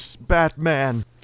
Batman